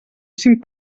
cinc